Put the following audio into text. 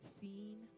seen